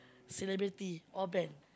celebrity or band